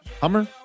Hummer